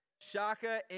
Shaka